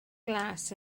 glas